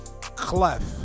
Clef